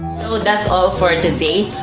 that's all for today.